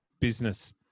business